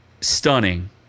Stunning